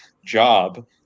Job